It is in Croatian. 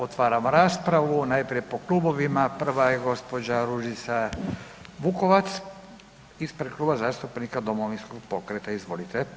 Otvaram raspravu najprije po klubovima, prva je gđa. Ružica Vukovac ispred Kluba zastupnika Domovinskog pokreta, izvolite.